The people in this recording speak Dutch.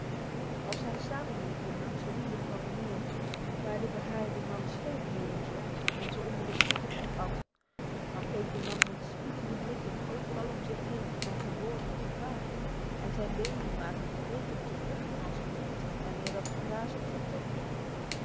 als zij samen liepen langs de oever van een meer waar de behaarde man schelpdieren zocht en ze onder het zoeken opat dan keek de man met spiedende blikken overal om zich heen naar verborgen gevaar en zijn benwargdomtvluchenaswid r dat gevaar zich vertoonde